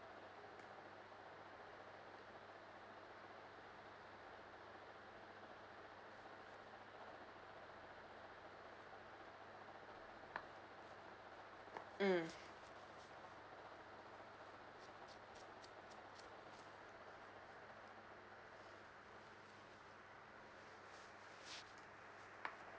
mm